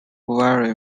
very